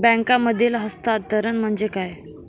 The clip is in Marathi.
बँकांमधील हस्तांतरण म्हणजे काय?